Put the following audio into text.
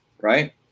right